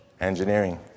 Engineering